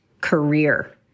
career